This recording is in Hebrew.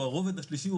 או הרובד השלישי,